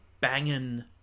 banging